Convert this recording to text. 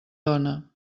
dóna